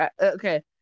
Okay